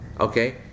Okay